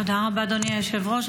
תודה רבה, אדוני היושב-ראש.